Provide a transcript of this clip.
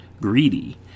greedy